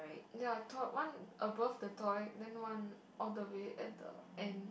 ya to one above the toy and one all the way at the end